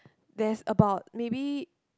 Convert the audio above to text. there's about maybe